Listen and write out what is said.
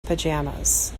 pajamas